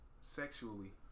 sexually